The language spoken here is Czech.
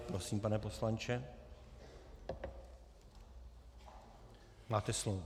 Prosím, pane poslanče, máte slovo.